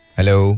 Hello